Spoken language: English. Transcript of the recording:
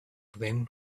then